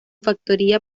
factoría